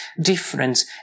difference